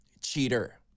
cheater